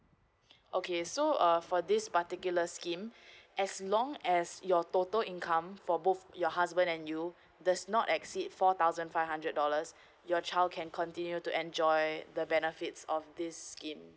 okay so uh for this particular scheme as long as your total income for both your husband and you does not exceed four thousand five hundred dollars your child can continue to enjoy the benefits of this scheme